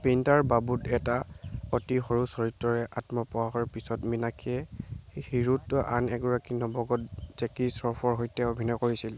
painter বাবুত এটা অতি সৰু চৰিত্ৰৰে আত্মপ্ৰকাশৰ পিছত মীনাক্ষীয়ে হিৰোতটো আন এগৰাকী নৱাগত জেকী শ্ৰফৰ সৈতে অভিনয় কৰিছিল